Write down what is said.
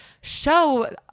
show